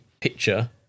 picture